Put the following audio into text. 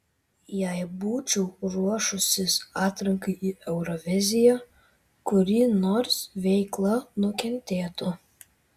jei būčiau ruošusis atrankai į euroviziją kuri nors veikla nukentėtų